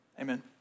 Amen